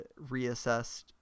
reassessed